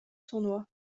tournoi